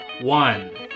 one